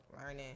learning